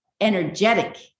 energetic